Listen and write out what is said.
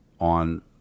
on